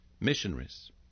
missionaries